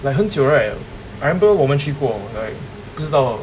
like 很久 right I remember 我们去过 like 不知道